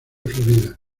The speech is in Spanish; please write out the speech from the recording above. florida